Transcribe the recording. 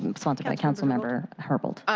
um sponsored by council member herbold.